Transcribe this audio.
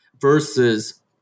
versus